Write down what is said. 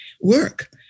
work